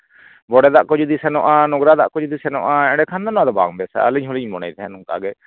ᱵᱚᱰᱮ ᱫᱟᱜ ᱠᱚ ᱡᱩᱫᱤ ᱥᱮᱱᱚᱜᱼᱟ ᱱᱚᱝᱨᱟ ᱠᱟᱜ ᱠᱚ ᱡᱩᱫᱤ ᱥᱮᱱᱚᱜᱼᱟ ᱮᱸᱰᱮ ᱠᱷᱟᱱ ᱫᱚ ᱟᱫᱚ ᱵᱟᱝ ᱵᱮᱥᱟ ᱟᱞᱤᱧ ᱦᱚᱸᱞᱤᱧ ᱢᱚᱱᱮᱭᱮᱫ ᱛᱟᱦᱮᱱᱟ ᱱᱚᱝᱠᱟᱜᱮ